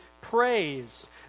praise